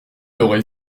aurait